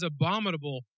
abominable